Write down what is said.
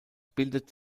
bildet